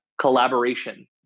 collaboration